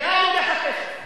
לאן הולך הכסף?